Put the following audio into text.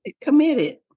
Committed